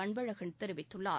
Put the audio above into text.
அன்பழகன் தெரிவித்துள்ளார்